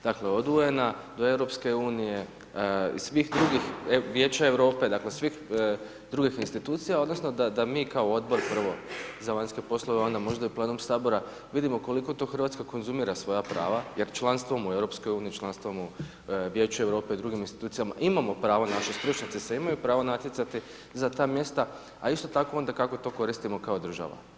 Dakle, odvojena od EU, i svih drugih Vijeća Europe, dakle, svih drugih institucija, odnosno, da mi kao odbor prvo za vanjske poslove, onda možda i … Sabora, vidimo koliko to Hrvatska konzumira svojih prava, jer članstvom u EU, članstvom u Vijeću Europe i drugim institucija, imamo pravo, naši stručnjaci se imaju pravo natjecati za ta mjesta, a isto tako onda, kako to koristimo kao država.